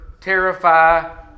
terrify